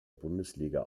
bundesliga